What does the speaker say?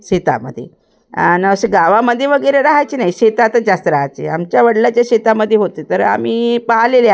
शेतामध्ये आणि असे गावामध्ये वगैरे राहायचे नाही शेतातच जास्त राहायचे आमच्या वडिलांच्या शेतामध्ये होते तर आम्ही पाहिलेले आहे